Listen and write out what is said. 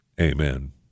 Amen